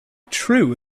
true